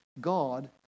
God